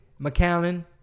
McAllen